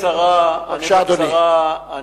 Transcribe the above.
בקצרה,